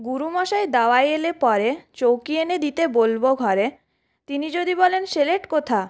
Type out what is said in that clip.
গুরুমশায় দাওয়ায় এলে পরে চৌকি এনে দিতে বলবো ঘরে তিনি যদি বলেন সেলেট কোথা